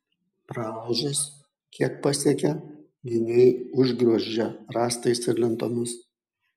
pralaužas kiek pasiekia gynėjai užgriozdžia rąstais ir lentomis